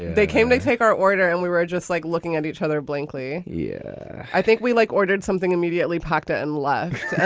they came. they take our order and we were just like looking at each other blankly. yeah, i think we like ordered something immediately packed up and left